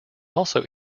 also